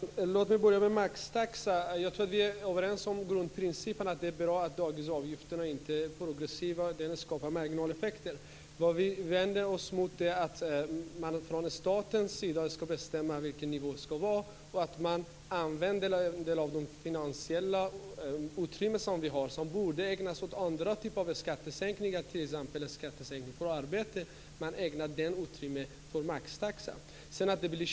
Fru talman! Låt mig börja med maxtaxan. Jag tror att vi är överens om grundprincipen, att det är bra att dagisavgifterna inte är progressiva och därmed inte skapar marginaleffekter. Vad vi vänder oss mot är att staten ska bestämma vilken nivå det ska vara och att man använder en del av det finansiella utrymme som borde ägnas åt skattesänkningar, t.ex. för arbete, åt maxtaxan.